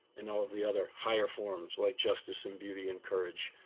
and all of the other higher forms like justice and beauty and courage.